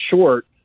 short